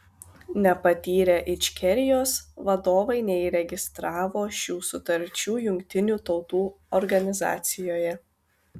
nepatyrę ičkerijos vadovai neįregistravo šių sutarčių jungtinių tautų organizacijoje